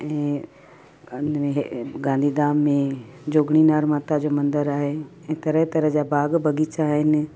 ऐं गं गांधीधाम में जोगणी नार माता जो मंदरु आहे ऐं तरह तरह जा बाग़ बाग़ीचा आहिनि